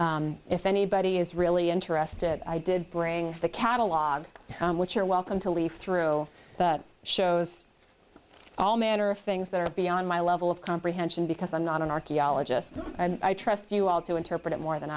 if anybody is really interested i did bring the catalog which you're welcome to leaf through that shows all manner of things that are beyond my level of comprehension because i'm not an archaeologist and i trust you all to interpret it more than